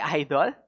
idol